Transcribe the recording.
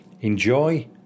Enjoy